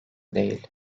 değil